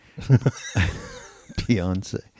Beyonce